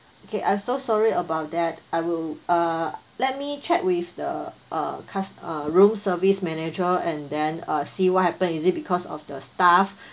okay I so sorry about that I will uh let me check with the uh cus~ uh room service manager and then uh see what happened is it because of the staff